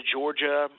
Georgia